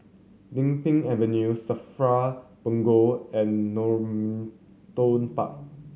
Din Pang Avenue SAFRA Punggol and Normanton Park